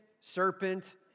serpent